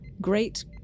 great